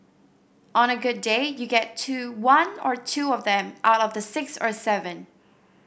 on a good day you get to one or two of them out of the six or seven